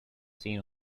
seen